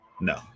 no